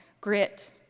grit